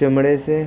चमड़े से